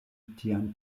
tian